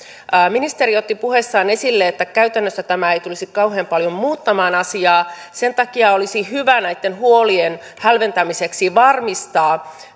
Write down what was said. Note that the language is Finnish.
ministeri otti puheessaan esille että käytännössä tämä ei tulisi kauhean paljon muuttamaan asiaa sen takia olisi hyvä näitten huolien hälventämiseksi varmistaa